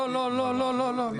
לא, לא, לא.